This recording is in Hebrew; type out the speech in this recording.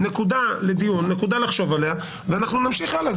נקודה לדיון, נקודה לחשוב עליה, ונמשיך הלאה.